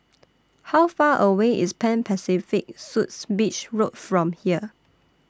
How Far away IS Pan Pacific Suites Beach Road from here